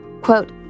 Quote